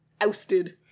ousted